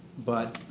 but